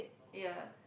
ya